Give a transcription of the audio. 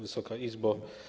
Wysoka Izbo!